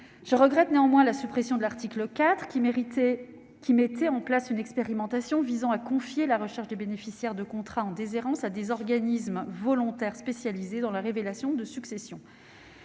Je regrette néanmoins la suppression de l'article 4, qui mettait en place une expérimentation visant à confier la recherche des bénéficiaires de contrats en déshérence à des organismes volontaires spécialisés dans la révélation de successions.